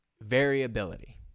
variability